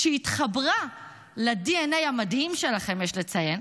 כשהיא התחברה לדנ"א המדהים שלכם, יש לציין,